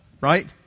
Right